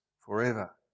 forever